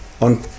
on